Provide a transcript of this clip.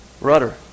rudder